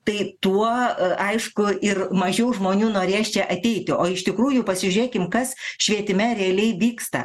tai tuo aišku ir mažiau žmonių norės čia ateiti o iš tikrųjų pasižiūrėkim kas švietime realiai vyksta